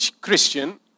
Christian